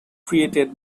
created